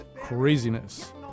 craziness